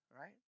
right